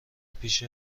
پیش